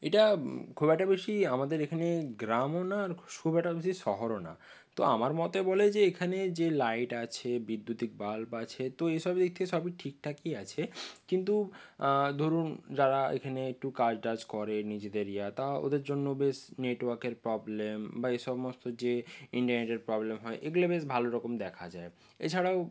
এটা খুব একটা বেশি আমাদের এখানে গ্রামও না আর খুব একটা বেশি শহরও না তো আমার মতে বলে যে এখানে যে লাইট আছে বৈদ্যুতিক বাল্ব আছে তো এসব দিক থেকে সবই ঠিকঠাকই আছে কিন্তু ধরুন যারা এখানে একটু কাজ টাজ করে নিজেদের ইয়ে তা ওদের জন্য বেশ নেটওয়ার্কের প্রবলেম বা এ সমস্ত যে ইন্টারনেটের প্রবলেম হয় এগুলো বেশ ভালো রকম দেখা যায় এছাড়াও